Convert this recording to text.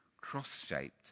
cross-shaped